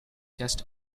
just